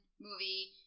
movie